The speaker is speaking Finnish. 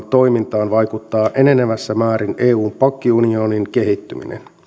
toimintaan vaikuttaa enenevässä määrin eun pankkiunionin kehittyminen